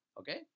Okay